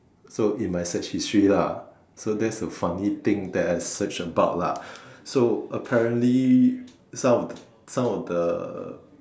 so in my search history lah so that's a funny thing that I search about lah so apparently some of some of the